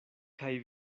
kaj